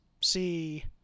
see